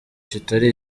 kitari